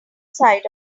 side